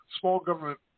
small-government